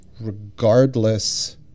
regardless